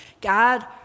god